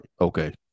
okay